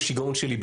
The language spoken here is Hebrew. הוא שיגעון שלי,